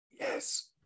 Yes